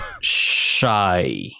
Shy